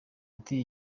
ati